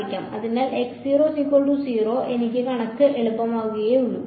അതിനാൽ എനിക്ക് കണക്ക് എളുപ്പമാക്കുകയേ ഉള്ളൂ